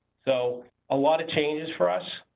so a lot of changes for us,